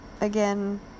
again